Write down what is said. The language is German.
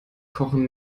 kochen